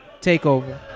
takeover